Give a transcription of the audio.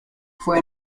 fue